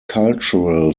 cultural